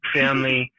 family